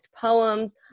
poems